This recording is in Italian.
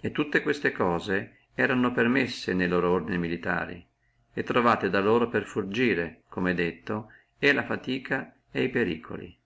e tutte queste cose erano permesse ne loro ordini militari e trovate da loro per fuggire come è detto e la fatica e li pericoli